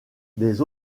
des